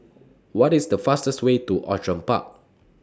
What IS The fastest Way to Outram Park